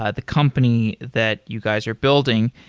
ah the company that you guys are building.